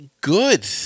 good